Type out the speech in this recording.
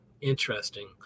interesting